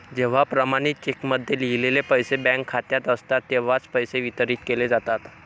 जेव्हा प्रमाणित चेकमध्ये लिहिलेले पैसे बँक खात्यात असतात तेव्हाच पैसे वितरित केले जातात